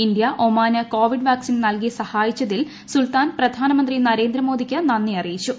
India ഒമാന് Covid vaccine നൽകി സഹായിച്ചതിൽ സുൽത്താൻ പ്രധാനമന്ത്രി നരേന്ദ്രമോദിക്ക് നന്ദി അറിയിച്ചു